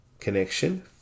connection